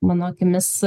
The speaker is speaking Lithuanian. mano akimis